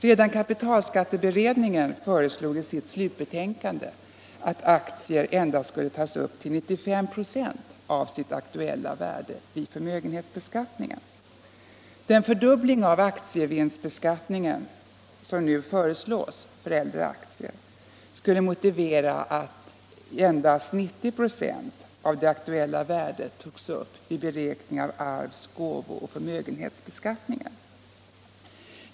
Redan kapitalskatteberedningen föreslog i sitt slutbetänkande att aktier endast skulle tas upp till 95 96 av sitt aktuella värde vid förmögenhetsbeskattningen. Den fördubbling av aktievinstbeskattningen som nu föreslås för äldre aktier skulle motivera att endast 90 26 av det aktuella värdet togs upp vid beräkning av arvs-, gåvooch förmögenhetsbeskattningen.